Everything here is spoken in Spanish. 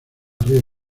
regla